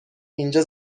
اینجا